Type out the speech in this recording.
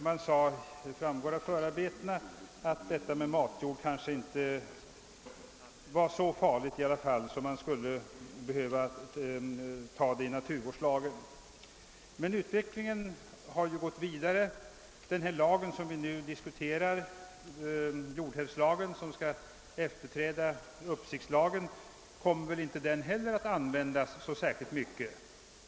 Det framgår av förarbetena att frågan om matjord inte ansågs vara så allvarlig att den behövde tas in i naturvårdslagen. Utvecklingen har emellertid gått vidare, och jordhävdslagen, som vi nu diskuterar och som skall efterträda uppsiktslagen, kommer väl inte heller att användas så särskilt mycket.